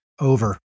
over